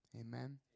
Amen